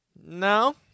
No